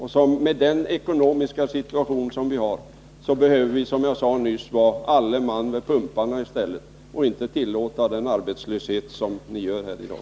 I den ekonomiska situation som landet befinner sigi behövs alle man vid pumparna. Man får inte tillåta arbetslöshet så som ni gör i dag.